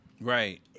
right